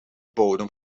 bodem